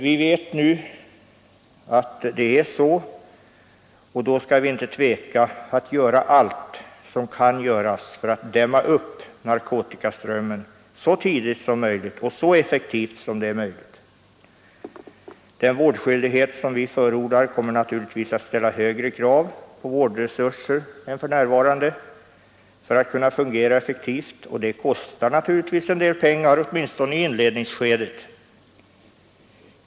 Vi vet nu att det är så, och då skall vi inte tveka att göra allt som kan göras för att dimma upp narkotikaströmmen så tidigt som möjligt och så effektivt som möjligt. Den vårdskyldighet som vi förordar kommer naturligtvis att ställa högre krav på vårdresurserna än för närvarande för att kunna fungera effektivt, och det kostar naturligtvis en del pengar, åtminstone i inledningsskedet.